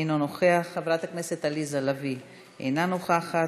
אינו נוכח, חברת הכנסת עליזה לביא, אינה נוכחת.